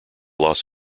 las